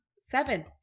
seven